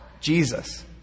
Jesus